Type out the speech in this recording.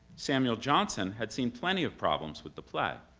samuel johnson had seen plenty of problems with the play.